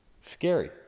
Scary